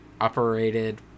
operated